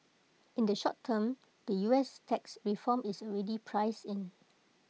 in the short term the U S tax reform is already priced in